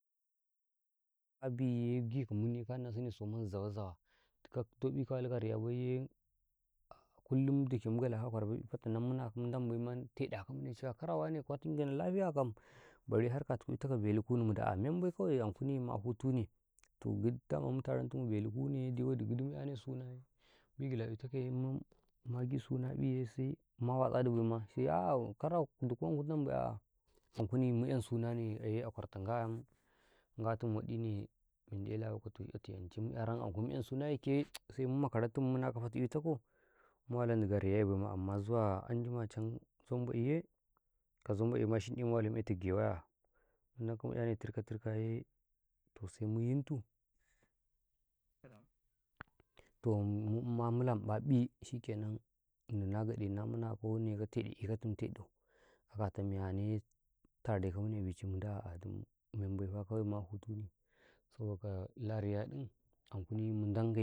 Kuma amman ka biy yee, gi ka mun ne, ka Nna sune yan zawa-zawa, toh ka walu ka ariya bay yee, kullum mun da ke gala kau a kwarau bay, mum may taɗa ka mu ne da, kara wane ma tun ge nau lafiya kum balleh har ka tu ku belu ko kunu mu daa, a'ah men bay, an kuni ma hutu ne, to gid daman muta ne belu, gidi kunu yee, da waidigi di mu 'yane sunaaye, bigila ita ka yee ma gi suna beh yee ma watsa di bay ma, sai yawa kara, du ku nan bay an kunu mu yan suna ne a kwarr ta ga yan, ga tun wadi ne men dau eh lawu kau, toh eh ta an cai mu yaram, an kuni mu yen sunah yankee sai mu makara tum, na ka fati eh ta kau, mu walariyye bay ma, amman zuwa anjima cam, zom bay ma shinɗu mu eh ka tau ge wayaa, mu wa nau tirka-tirka yee, toh sai mu yuntu kwarau, toh ma mula ma ƃaƃii shikke nan Nni na gaɗa na mu na kau, Ngau na ta munteɗu a kata miya nee, mu tare a bi can, mu da ya du mu men bay faa, kawai ma hutu ne saboda laa riya ɗim an kuni mu dam bay.